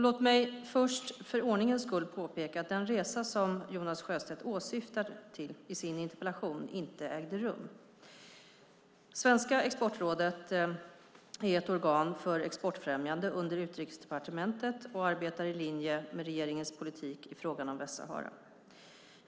Låt mig först, för ordningens skull, påpeka att den resa som Jonas Sjöstedt åsyftar i sin interpellation inte ägde rum. Sveriges exportråd är ett organ för exportfrämjande under Utrikesdepartementet och arbetar i linje med regeringens politik i frågan om Västsahara.